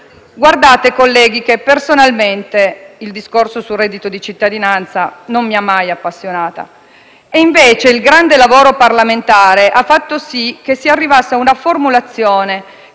lavoro con dignità. Personalmente, il discorso sul reddito di cittadinanza non mi ha mai appassionata e invece il grande lavoro parlamentare ha fatto sì che si arrivasse ad una formulazione